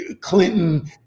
Clinton